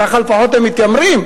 ככה, לפחות, הם מתיימרים.